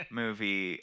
movie